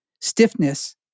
stiffness